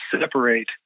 separate